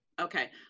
Okay